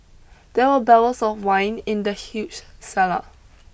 there were barrels of wine in the huge cellar